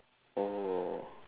oh